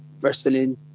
wrestling